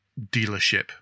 dealership